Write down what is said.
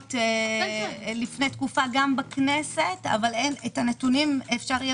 שמות לפני תקופה גם בכנסת אבל את הנתונים אפשר יהיה